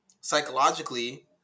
psychologically